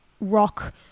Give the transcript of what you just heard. rock